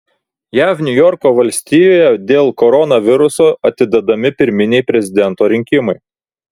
jav niujorko valstijoje dėl koronaviruso atidedami pirminiai prezidento rinkimai